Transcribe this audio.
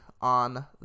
on